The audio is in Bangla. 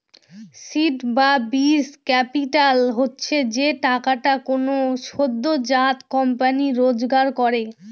সীড বা বীজ ক্যাপিটাল হচ্ছে যে টাকাটা কোনো সদ্যোজাত কোম্পানি জোগাড় করে